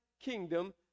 kingdom